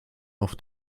auf